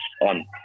on